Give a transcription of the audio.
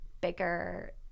bigger